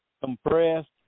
compressed